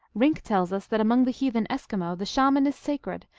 rink tells us that among the heathen eskimo the shaman is sacrecl,